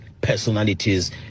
personalities